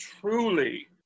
truly